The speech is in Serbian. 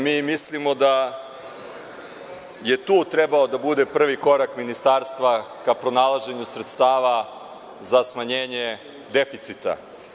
Mi mislimo da je tu trebalo da bude prvi korak ministarstva ka pronalaženju sredstava za smanjenje deficita.